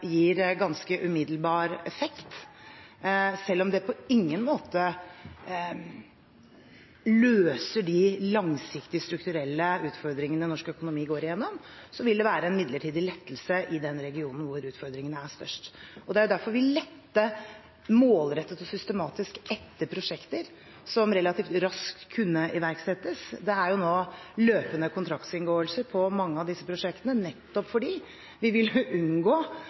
gir ganske umiddelbar effekt. Selv om det på ingen måte løser de langsiktige strukturelle utfordringene norsk økonomi går igjennom, vil det være en midlertidig lettelse i den regionen hvor utfordringene er størst. Det var derfor vi lette målrettet og systematisk etter prosjekter som relativt raskt kunne iverksettes. Det er nå løpende kontraktinngåelser på mange av disse prosjektene, nettopp fordi vi ville unngå